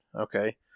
okay